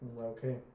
Okay